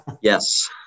Yes